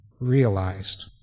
realized